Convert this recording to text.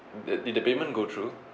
the did the payment go through